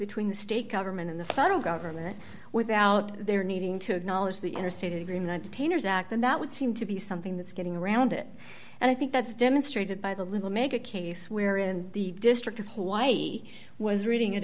between the state government and the federal government without their needing to acknowledge the interstate agreement and that would seem to be something that's getting around it and i think that's demonstrated by the little make a case where in the district of hawaii was reading